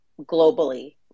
globally